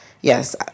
yes